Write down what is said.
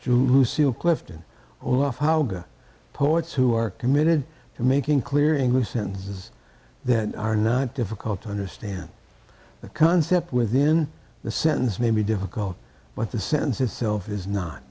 to lucille clifton off how good poets who are committed to making clear english sentences that are not difficult to understand the concept within the sentence may be difficult but the sentence itself is not